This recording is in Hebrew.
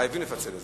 חייבים לפצל את